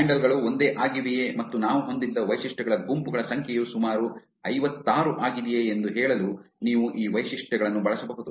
handle ಗಳು ಒಂದೇ ಆಗಿವೆಯೇ ಮತ್ತು ನಾವು ಹೊಂದಿದ್ದ ವೈಶಿಷ್ಟ್ಯಗಳ ಗುಂಪುಗಳ ಸಂಖ್ಯೆಯು ಸುಮಾರು ಐವತ್ತಾರು ಆಗಿದೆಯೇ ಎಂದು ಹೇಳಲು ನೀವು ಈ ವೈಶಿಷ್ಟ್ಯಗಳನ್ನು ಬಳಸಬಹುದು